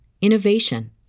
innovation